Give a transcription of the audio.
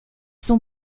sont